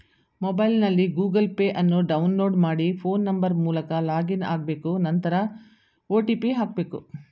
ಮೊಬೈಲ್ನಲ್ಲಿ Google Pay ಅನ್ನು download ಮಾಡಿ ಫೋನ್ ನಂಬರ್ ಮೂಲಕ ಲಾಗಿನ್ ಆಗ್ಬೇಕು ನಂತರ ಒ.ಟಿ.ಪಿ ಹಾಕ್ಬೇಕು